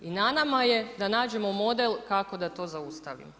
I na nama je da nađemo model kako da to zaustavimo.